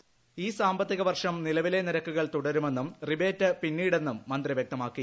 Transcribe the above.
voice ഈ സാമ്പത്തിക വർഷം നിലവിലെ നിരക്കുകൾ തുടരുമെന്നും റിബേറ്റ് പിന്നീടെന്നും മന്ത്രി വൃക്തമാക്കി